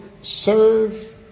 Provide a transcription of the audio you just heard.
serve